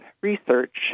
research